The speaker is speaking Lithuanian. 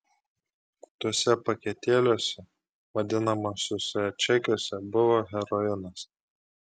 tuose paketėliuose vadinamuosiuose čekiuose buvo heroinas